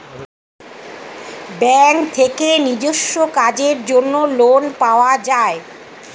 bank থেকে নিজস্ব কাজের জন্য লোন পাওয়া যায়